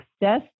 success